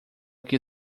que